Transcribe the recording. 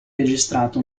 registrato